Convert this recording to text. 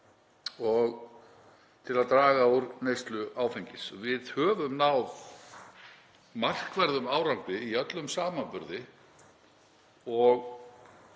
til að draga úr neyslu áfengis. Við höfum náð markverðum árangri í öllum samanburði.